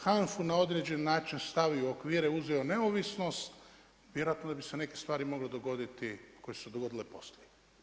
HANFU na određeni način stavio u okvire, uzeo neovisnost, vjerojatno da bi se neke stvari mogle dogoditi koje su se dogodile poslije.